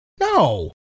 No